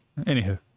Anywho